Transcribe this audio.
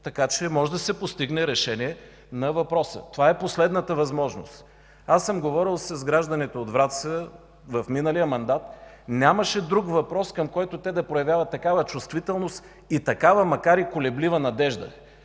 така че може да се постигне решение на въпроса. Това е последната възможност! Аз съм говорил с гражданите от Враца в миналия мандат. Нямаше друг въпрос, към който те да проявяват такава чувствителност и такава макар и колеблива надежда.